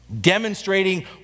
demonstrating